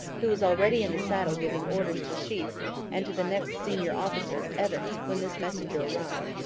who was already in the saddle giving orders to sheaffe and to the next senior officer, evans, when this messenger arrived.